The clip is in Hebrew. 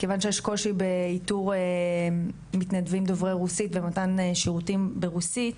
כיוון שיש קושי באיתור מתנדבים דוברי רוסית במתן שירותים ברוסית,